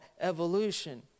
evolution